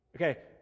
Okay